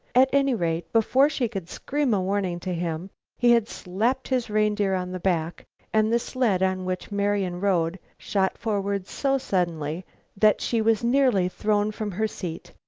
at any rate, before she could scream a warning to him he had slapped his reindeer on the back and the sled on which marian rode shot forward so suddenly that she was nearly thrown from her seat.